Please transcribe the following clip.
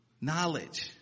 Knowledge